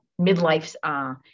midlife